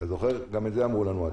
גם את זה אמרו לנו אז.